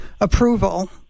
approval